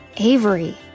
Avery